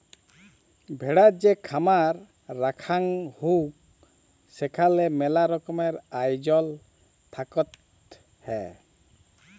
ভেড়ার যে খামার রাখাঙ হউক সেখালে মেলা রকমের আয়জল থাকত হ্যয়